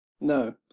No